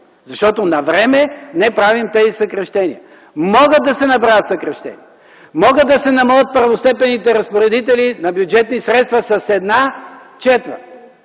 Защото навреме не правим тези съкращения. Могат да се направят съкращения. Могат да се намалят първостепенните разпоредители на бюджетни средства с една четвърт.